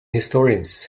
historians